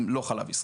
הם לא חלב ישראל.